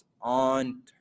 on